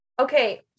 Okay